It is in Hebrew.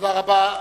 תודה רבה.